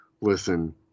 listen